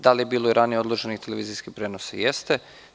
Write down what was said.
Da li je bilo i ranije odloženih televizijskih prenosa, jeste.